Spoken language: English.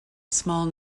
small